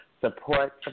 Support